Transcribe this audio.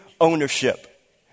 ownership